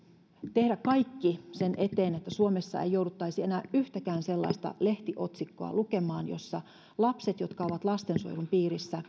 tehdä kaikki sen eteen että suomessa ei jouduttaisi enää yhtäkään sellaista lehtiotsikkoa lukemaan jossa lapset jotka ovat lastensuojelun piirissä